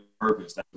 purpose